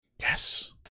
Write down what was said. Yes